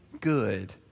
good